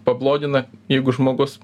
pablogina jeigu žmogus